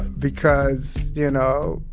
because, you know,